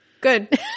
Good